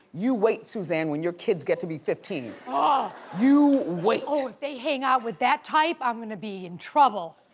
you wait, suzanne, when your kids get to be fifteen. ah you wait. oh, if they hang out with that type, i'm gonna be in trouble.